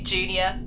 Junior